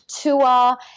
tour